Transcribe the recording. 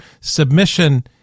submission